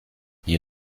you